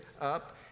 up